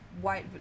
white